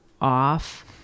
off